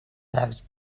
those